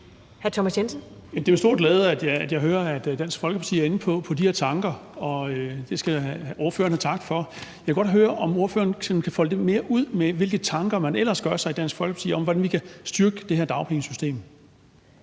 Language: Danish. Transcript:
Det er med stor glæde, at jeg hører, at Dansk Folkeparti er inde på de her tanker, og det skal ordføreren have tak for. Jeg vil godt høre, om ordføreren kan folde lidt mere ud, hvilke tanker man ellers gør sig i Dansk Folkeparti om, hvordan vi kan styrke det her dagpengesystem.